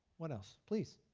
what else? please.